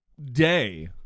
day